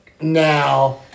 now